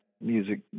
music